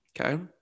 Okay